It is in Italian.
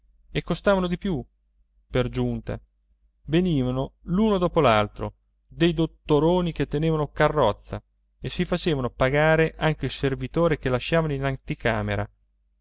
e costavano di più per giunta venivano l'uno dopo l'altro dei dottoroni che tenevano carrozza e si facevano pagare anche il servitore che lasciavano in anticamera